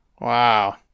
Wow